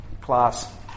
class